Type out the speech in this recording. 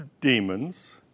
Demons